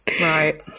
right